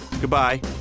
goodbye